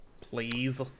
Please